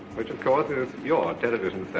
which of course is your television